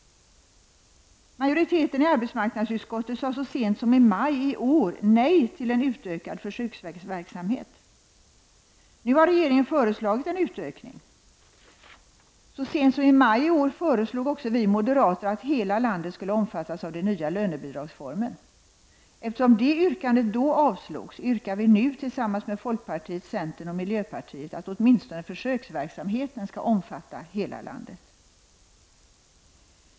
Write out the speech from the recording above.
Majoriteten i arbetsmarknadsutskottet sade så sent som i maj i år nej till en utökad försöksverksamhet. Nu har regeringen föreslagit en utökning. Vid samma tid föreslog vi moderater att hela landet skulle omfattas av den nya lönebidragsformen. Eftersom det yrkandet då avslogs, yrkar vi nu tillsammans med folkpartiet, centern och miljöpartiet att försöksverksamheten åtminstone skall omfatta hela landet.